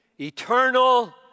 eternal